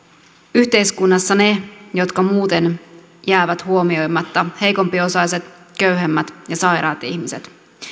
yhteiskunnassa ne jotka muuten jäävät huomioimatta heikompiosaiset köyhemmät ja sairaat ihmiset